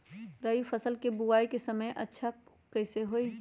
रबी फसल के बुआई के सबसे अच्छा समय का हई?